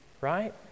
Right